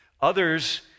Others